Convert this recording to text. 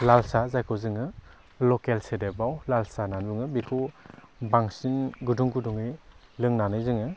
लाल साहा जायखौ जोङो लकेल सोदोबाव लाल साहा होनानै बुङो बेखौ बांसिन गुदुं गुदुङै लोंनानै जोङो